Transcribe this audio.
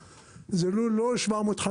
זה לול שהוא לא 750,